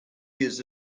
years